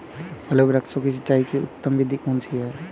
फल वृक्षों की सिंचाई की उत्तम विधि कौन सी है?